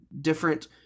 different